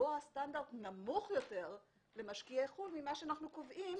לקבוע סטנדרט נמוך יותר למשקיעי חוץ מאשר אנחנו קובעים למדינה.